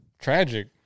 Tragic